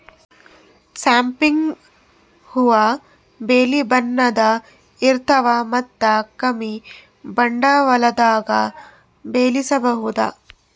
ಸಂಪಿಗ್ ಹೂವಾ ಬಿಳಿ ಬಣ್ಣದ್ ಇರ್ತವ್ ಮತ್ತ್ ಕಮ್ಮಿ ಬಂಡವಾಳ್ದಾಗ್ ಬೆಳಸಬಹುದ್